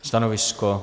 Stanovisko?